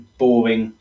boring